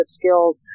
skills